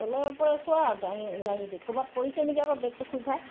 তলে ওপৰে চোৱা গাড়ী গাড়ীতে ক'ৰবাত পৰিছে নেকি আকৌ বেগটো খুল খাই